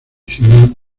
ciudad